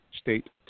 state